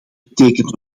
betekent